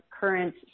current